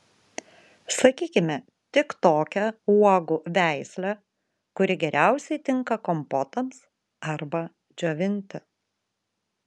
sakykime tik tokią uogų veislę kuri geriausiai tinka kompotams arba džiovinti